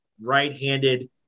right-handed